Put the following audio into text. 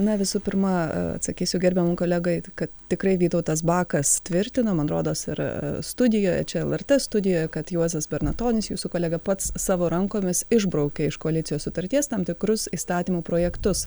na visų pirma atsakysiu gerbiamam kolegai tai kad tikrai vytautas bakas tvirtino man rodos ir studijoje čia lrt studijoje kad juozas bernatonis jūsų kolega pats savo rankomis išbraukė iš koalicijos sutarties tam tikrus įstatymų projektus